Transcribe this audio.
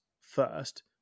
first